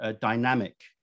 dynamic